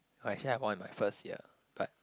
actually I won in my first year but